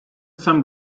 some